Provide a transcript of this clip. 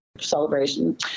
celebration